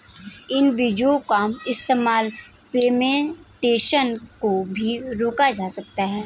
इन बीजो का इस्तेमाल पिग्मेंटेशन को भी रोका जा सकता है